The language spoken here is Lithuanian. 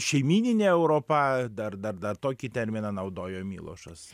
šeimyninė europa dar dar dar tokį terminą naudojo milošas